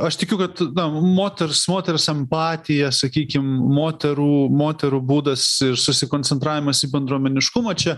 aš tikiu kad na moters moters empatija sakykim moterų moterų būdas ir susikoncentravimas į bendruomeniškumą čia